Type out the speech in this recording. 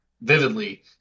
vividly